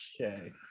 okay